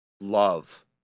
love